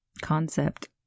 concept